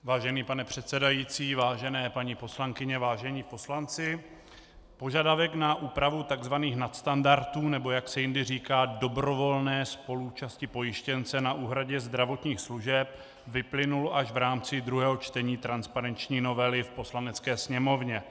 Vážený pane předsedající, vážené paní poslankyně, vážení poslanci, požadavek na úpravu tzv. nadstandardů, nebo jak se někdy říká dobrovolné spoluúčasti pojištěnce na úhradě zdravotních služeb, vyplynul až v rámci druhého čtení transparenční novely v Poslanecké sněmovně.